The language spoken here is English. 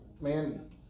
man